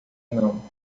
não